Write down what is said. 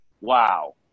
wow